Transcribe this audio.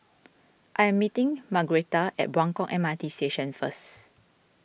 I am meeting Margretta at Buangkok M R T Station first